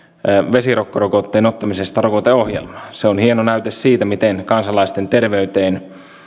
vesirokkorokotteen ottamisesta rokoteohjelmaan se on hieno näyte siitä miten kansalaisten terveyteen